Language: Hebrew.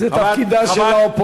לא, זה תפקידה של האופוזיציה.